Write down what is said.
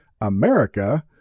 America